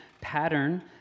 pattern